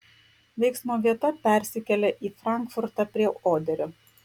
veiksmo vieta persikelia į frankfurtą prie oderio